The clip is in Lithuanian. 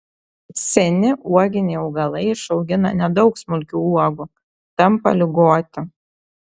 seni uoginiai augalai išaugina nedaug smulkių uogų tampa ligoti